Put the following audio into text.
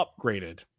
upgraded